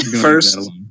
First